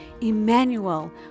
Emmanuel